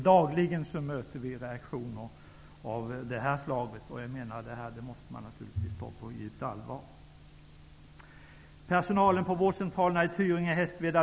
Dagligen möter vi meningsyttringar av det här slaget, och dessa måste man naturligtvis ta på djupt allvar.